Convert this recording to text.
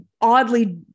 oddly